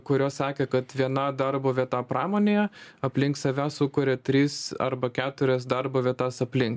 kurios sakė kad viena darbo vieta pramonėje aplink save sukuria tris arba keturias darbo vietas aplink